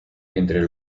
entre